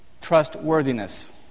trustworthiness